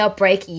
break